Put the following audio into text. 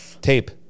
Tape